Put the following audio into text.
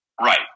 Right